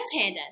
pandas